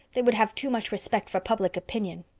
they would have too much respect for public opinion.